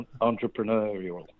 entrepreneurial